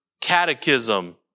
Catechism